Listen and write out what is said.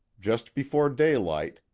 just before daylight,